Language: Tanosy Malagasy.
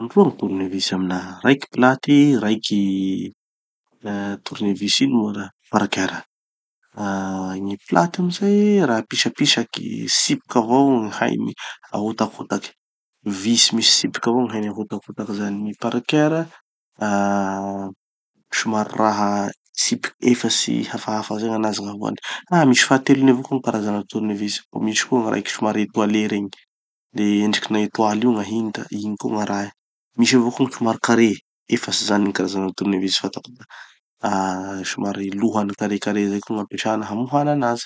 Roa gny tournevis aminaha. Raiky plate, raiky, tournevis ino moa zany, parker. Ah gny plate amizay, raha pisapisaky, tsipiky avao gny hainy ahotakotaky; vis misy tsipiky avao gny hainy ahotakotaky zany. Gny parker, ah somary raha, tsipiky efatsy hafahafa zay gn'anazy gn'arahiny. Hah misy fahatelony avao koa gny karazana tournevis; mbo misy koa gny raiky somary étoilé regny. De endrikina étoile io gn'ahiny da igny koa gn'arahiny. Misy avao koa gny somary carré. Efatsy zany gny karazana tournevis fantako.x Ah somary lohany carrécarré zay koa gn'ampesana hamohana anazy.